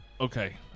Okay